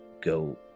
go